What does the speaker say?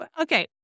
okay